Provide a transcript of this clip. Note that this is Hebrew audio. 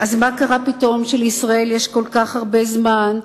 אז מה קרה פתאום שלישראל יש כל כך הרבה זמן,